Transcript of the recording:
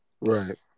Right